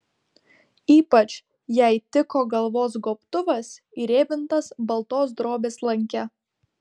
ypač jai tiko galvos gobtuvas įrėmintas baltos drobės lanke